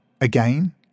Again